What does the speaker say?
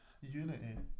unity